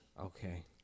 okay